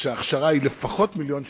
וההכשרה היא לפחות מיליון שקל,